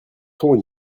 ton